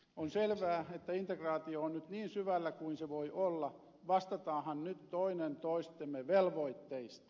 on selvää että integraatio on nyt niin syvällä kuin se voi olla vastataanhan nyt toinen toistemme velvoitteista